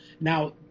Now